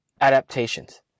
adaptations